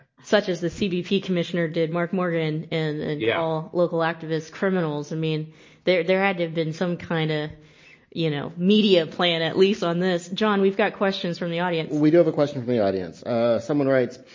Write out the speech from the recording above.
such as the cbp commissioner did mark morgan and and yeah all local local activists criminals. i mean there there had to have been some kind of you know media plan at least on this. john, we've got questions from the audience we do have a question from the audience ah someone writes.